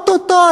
או-טו-טו,